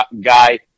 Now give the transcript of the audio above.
guy